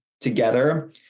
together